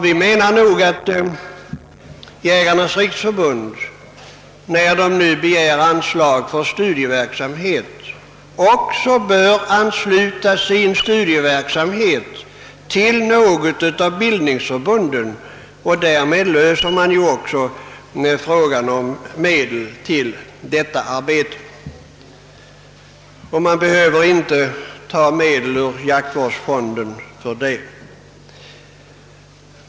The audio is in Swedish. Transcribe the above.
Vi menar att Jägarnas riksförbund, som nu begär anslag för studieverksamhet, också bör ansluta denna studieverksamhet till något av bildningsförbunden. Därmed löser man ju också frågan om medel till detta arbete och behöver inte ta medel ur jaktvårdsfonden.